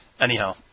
Anyhow